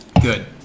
good